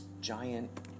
Giant